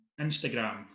instagram